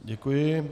Děkuji.